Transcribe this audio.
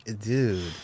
dude